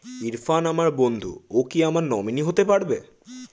ইরফান আমার বন্ধু ও কি আমার নমিনি হতে পারবে?